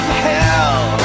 hell